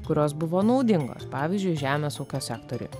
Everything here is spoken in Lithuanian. kurios buvo naudingos pavyzdžiui žemės ūkio sektoriui